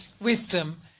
wisdom